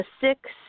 six